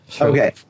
Okay